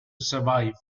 survive